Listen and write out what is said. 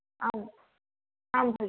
आम् आं भगिनी